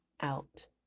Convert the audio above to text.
out